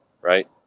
right